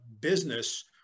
business